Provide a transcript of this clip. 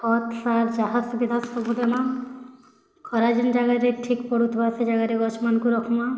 ଖତ୍ ସାର୍ ଯାହା ସୁବିଧା ସବୁ ଦେମାଁ ଖରା ଜେନ୍ ଜାଗାରେ ଠିକ୍ ପଡ଼ୁଥିବା ସେଇ ଜାଗାରେ ଗଛ୍ ମାନଙ୍କୁ ରଖମାଁ